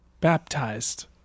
baptized